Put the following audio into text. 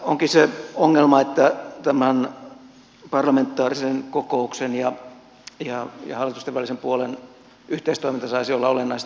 tässä onkin se ongelma että parlamentaarisen kokouksen ja hallitustenvälisen puolen yhteistoiminta saisi olla olennaisesti tiiviimpi